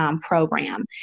program